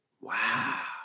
Wow